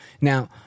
Now